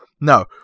No